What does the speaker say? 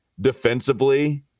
defensively